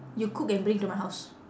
you cook and bring to my house